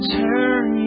turn